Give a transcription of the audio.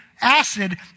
acid